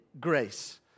grace